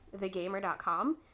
thegamer.com